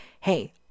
hey